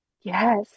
Yes